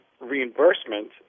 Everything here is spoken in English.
reimbursement